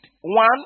One